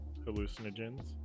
hallucinogens